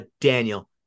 Daniel